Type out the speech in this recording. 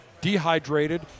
dehydrated